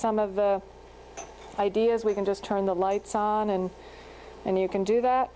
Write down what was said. some of the ideas we can just turn the lights on and and you can do that